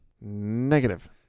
Negative